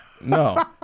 no